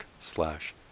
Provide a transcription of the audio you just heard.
slash